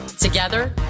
Together